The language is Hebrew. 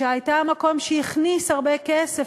שהייתה המקום שהכניס הרבה כסף,